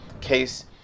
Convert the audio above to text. case